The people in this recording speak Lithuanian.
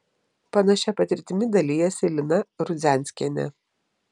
panašia patirtimi dalijasi ir lina rudzianskienė